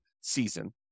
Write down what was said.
season